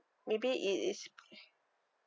maybe it is